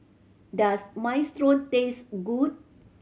does Minestrone taste good